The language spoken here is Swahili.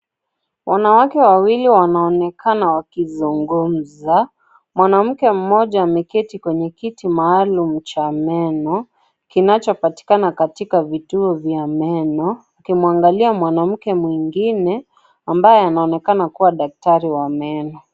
Wanawake wawili wanaonekana wakizungumza. Mwanamke mmoja ameketi kwenye kiti maalum cha meno, kinachopatikana katika vituo vya meno, akimwangalia mwanamke mwingine ambaye anaonekana kuwa daktari wa meno.